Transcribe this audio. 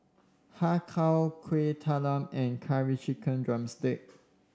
Har Kow Kuih Talam and Curry Chicken drumstick